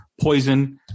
Poison